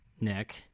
Nick